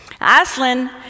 Aslan